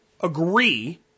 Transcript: agree